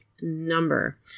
number